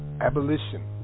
Abolition